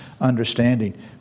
understanding